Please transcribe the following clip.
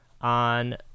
on